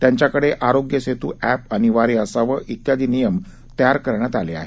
त्यांच्याकडे आरोग्यसेत् अॅप अनिवार्य असावं इत्यादी नियम तयार करण्यात आले आहेत